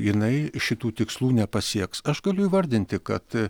jinai šitų tikslų nepasieks aš galiu įvardinti kad